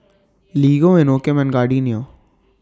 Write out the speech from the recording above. Lego Inokim and Gardenia